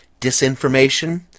disinformation